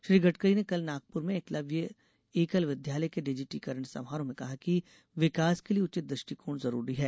श्री गडकरी कल नागपुर में एकलव्य एकल विद्यालय के डिजिटीकरण समारोह में कहा कि विकास के लिए उचित दृष्टिकोण जरूरी है